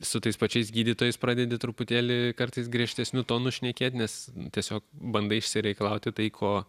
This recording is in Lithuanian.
su tais pačiais gydytojais pradedi truputėlį kartais griežtesniu tonu šnekėt nes tiesiog bandai išsireikalauti tai ko